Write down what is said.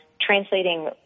translating